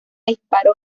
disparo